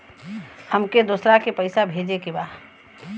हमके दोसरा के पैसा भेजे के बा?